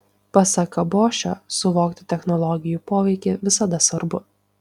pasak kabošio suvokti technologijų poveikį visada svarbu